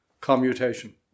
commutation